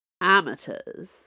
Amateurs